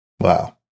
wow